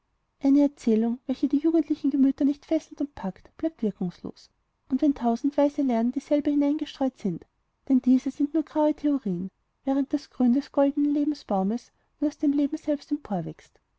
eine erzählung welche die jugendlichen gemüter nicht fesselt und packt bleibt wirkungslos und wenn tausend weise lehren in dieselbe hineingestreut sind denn diese sind nur graue theorien während das grün des goldenen lebensbaumes nur aus dem leben selbst emporwächst